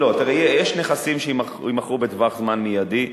יש נכסים שיימכרו בטווח זמן מיידי,